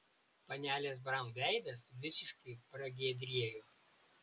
panelės braun veidas visiškai pragiedrėjo